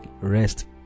rest